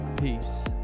Peace